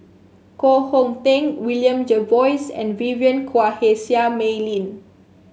Koh Hong Teng William Jervois and Vivien Quahe Seah Mei Lin